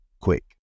quick